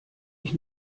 ich